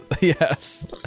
Yes